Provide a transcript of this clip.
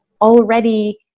already